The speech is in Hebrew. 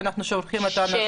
שאנחנו שולחים את האנשים לשם.